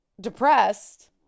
depressed